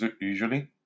usually